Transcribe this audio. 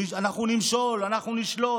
אנחנו נמשול, אנחנו נשלוט.